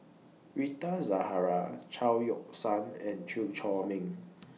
Rita Zahara Chao Yoke San and Chew Chor Meng